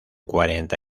cuarenta